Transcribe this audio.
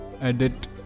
Edit